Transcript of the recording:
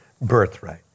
birthright